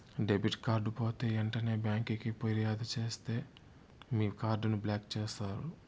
debit card పోతే ఎంటనే బ్యాంకికి ఫిర్యాదు సేస్తే మీ కార్డుని బ్లాక్ చేస్తారు